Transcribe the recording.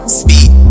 speed